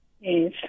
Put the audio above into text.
Yes